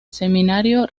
seminario